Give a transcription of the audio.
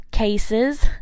Cases